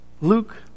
Luke